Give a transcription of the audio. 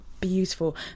beautiful